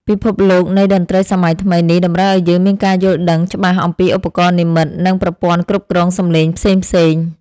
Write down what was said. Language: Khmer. ពិភពលោកនៃតន្ត្រីសម័យថ្មីនេះតម្រូវឱ្យយើងមានការយល់ដឹងច្បាស់អំពីឧបករណ៍និម្មិត និង ប្រព័ន្ធគ្រប់គ្រងសំឡេងផ្សេងៗ។